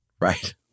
Right